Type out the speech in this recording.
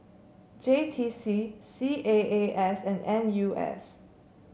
J T C C A A S and N U S